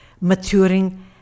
maturing